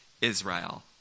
Israel